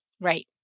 Right